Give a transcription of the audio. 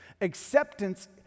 Acceptance